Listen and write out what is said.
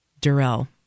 Durrell